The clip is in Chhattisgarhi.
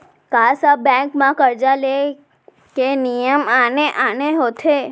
का सब बैंक म करजा ले के नियम आने आने होथे?